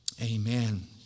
Amen